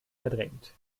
verdrängt